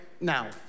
now